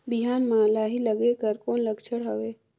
बिहान म लाही लगेक कर कौन लक्षण हवे?